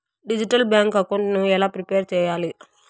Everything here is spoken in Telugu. డిజిటల్ బ్యాంకు అకౌంట్ ఎలా ప్రిపేర్ సెయ్యాలి?